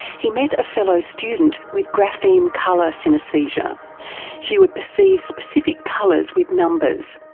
he met a fellow student with grapheme colour synaesthesia she would perceive specific colours with numbers.